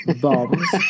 bombs